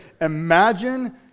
imagine